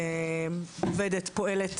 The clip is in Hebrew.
עובדת ופועלת.